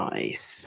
Nice